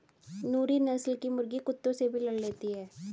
नूरी नस्ल की मुर्गी कुत्तों से भी लड़ लेती है